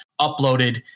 uploaded